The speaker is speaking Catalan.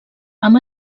amb